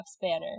banner